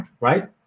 right